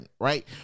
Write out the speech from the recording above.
right